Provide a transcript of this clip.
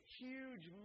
huge